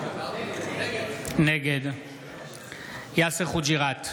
נגד יאסר חוג'יראת,